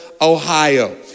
Ohio